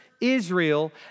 Israel